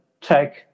check